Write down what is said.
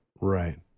Right